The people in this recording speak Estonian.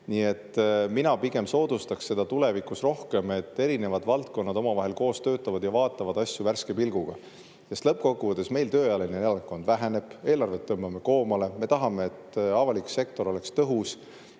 Nii et mina pigem soodustaks seda tulevikus rohkem, et erinevad valdkonnad omavahel koos töötavad ja vaatavad asju värske pilguga, sest lõppkokkuvõttes meil tööealine elanikkond väheneb ning eelarvet tõmbame koomale ja me tahame, et avalik sektor oleks tõhus,